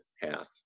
half